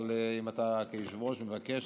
אבל אם אתה כיושב-ראש מבקש,